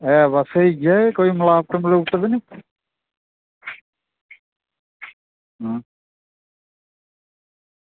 ऐ कोई स्हेई ऐ जां मिलावट ते निं अं